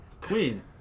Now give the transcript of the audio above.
Queen